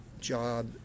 job